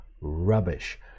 rubbish